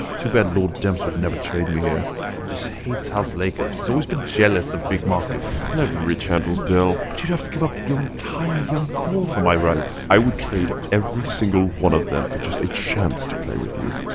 too bad lord demps would never trade me here he just hates house lakers he's always been jealous of big markets let rich handle dell but you'd have to give up your young core for my rights. i would trade every single one of them for just a chance to play with you.